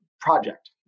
project